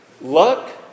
luck